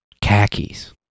khakis